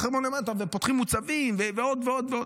פותחים מוצבים ועוד ועוד.